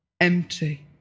empty